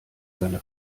seine